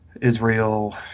israel